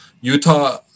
Utah